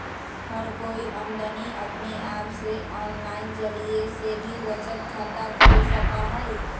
हर कोई अमदी अपने आप से आनलाइन जरिये से भी बचत खाता खोल सका हई